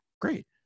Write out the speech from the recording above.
great